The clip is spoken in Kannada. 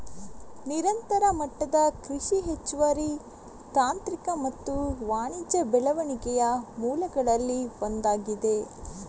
ನಿರಂತರ ಮಟ್ಟದ ಕೃಷಿ ಹೆಚ್ಚುವರಿ ತಾಂತ್ರಿಕ ಮತ್ತು ವಾಣಿಜ್ಯ ಬೆಳವಣಿಗೆಯ ಮೂಲಗಳಲ್ಲಿ ಒಂದಾಗಿದೆ